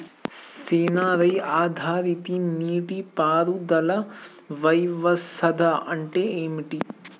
Censor ఆధారిత నీటి పారుదల వ్యవస్థ అంటే ఏమిటి?